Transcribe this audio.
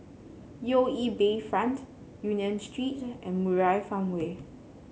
U E Bayfront Union Street and Murai Farmway